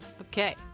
Okay